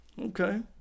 okay